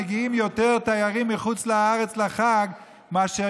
מגיעים יותר תיירים מחוץ לארץ לחג מאשר